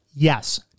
Yes